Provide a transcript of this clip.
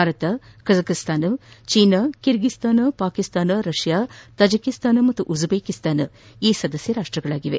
Bharat Kazakhstan China Kyrgyzstan Pakistan Russia Tajikistan ಮತ್ತು Uzbekistan ಈ ಸದಸ್ಯ ರಾಷ್ಟಗಳಾಗಿವೆ